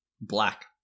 Black